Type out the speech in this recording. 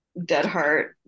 Deadheart